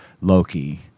Loki